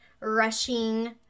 rushing